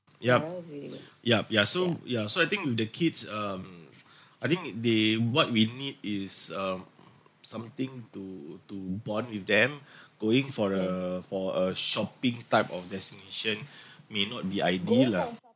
yup yup ya so ya so I think with the kids um I think they what we need is um something to to bond with them going for a for a shopping type of destination may not be ideal lah